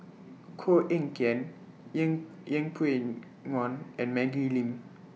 Koh Eng Kian Yeng Yeng Pway Ngon and Maggie Lim